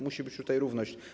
Musi być tutaj równość.